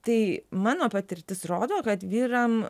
tai mano patirtis rodo kad vyram